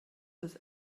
des